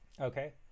Okay